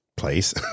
place